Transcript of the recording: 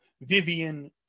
Vivian